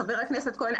חבר הכנסת כהן,